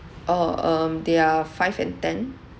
orh um they are five and ten